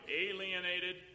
alienated